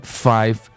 five